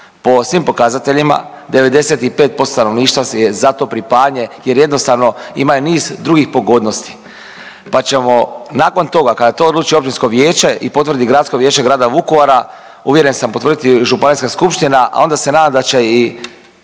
Po svim pokazateljima 95% stanovništva je za to pripajanje jer jednostavno ima niz drugih pogodnosti, pa ćemo nakon toga kada to odluči općinsko vijeće i potvrdi Gradsko vijeće grada Vukovara uvjeren sam potvrditi i županijska skupština, a onda se nadam da će i